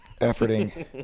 Efforting